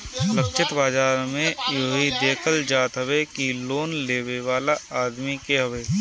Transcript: लक्षित बाजार में इहो देखल जात हवे कि लोन लेवे वाला आदमी के हवे